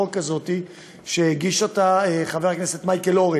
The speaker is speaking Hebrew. במקרה זוכר שחתמתי על הצעת חוק כזאת שהגיש חבר הכנסת מייקל אורן.